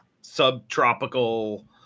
subtropical